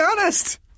honest